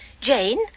Jane